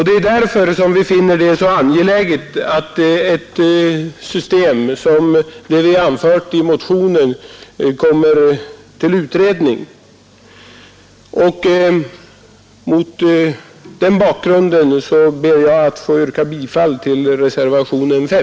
Det är därför vi finner det så angeläget att det system som vi antytt i motionen kommer till utredning. Mot denna bakgrund ber jag att få yrka bifall till reservationen 5.